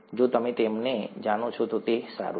જો તમે તેમને જાણો છો તો તે સારું છે